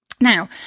Now